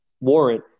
warrant